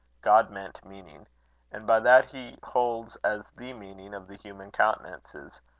god-meant meaning and by that he holds as the meaning of the human countenances,